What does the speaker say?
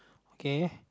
okay